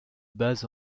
bas